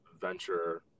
venture